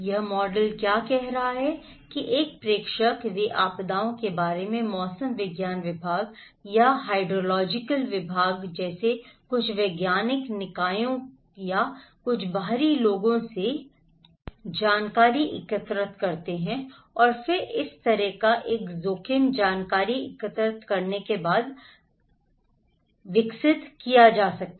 यह मॉडल क्या कह रहा है कि एक प्रेषक वे आपदाओं के बारे में मौसम विज्ञान विभाग या हाइड्रोलॉजिकल विभाग जैसे कुछ वैज्ञानिक निकायों या कुछ बाहरी लोगों से जानकारी एकत्र करते हैं और फिर इस तरह का एक जोखिम जानकारी एकत्र करते हैं ताकि जोखिम का एक प्रकार विकसित किया जा सके